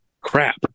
crap